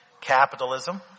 Capitalism